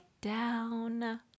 down